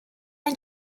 and